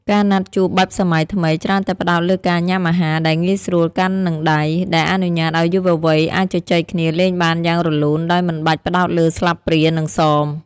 ការណាត់ជួបបែបសម័យថ្មីច្រើនតែផ្ដោតលើការញ៉ាំអាហារដែលងាយស្រួលកាន់នឹងដៃ ដែលអនុញ្ញាតឱ្យយុវវ័យអាចជជែកគ្នាលេងបានយ៉ាងរលូនដោយមិនបាច់ផ្ដោតលើស្លាបព្រានិងសម។